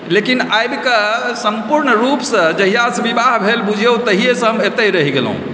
लेकिन आबि कऽ सम्पूर्ण रूपसँ जहिआसँ विवाह भेल बुझिऔ तहिएसँ हम एतै रहि गेलहुँ